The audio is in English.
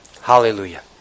Hallelujah